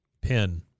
pin